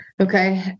Okay